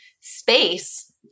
space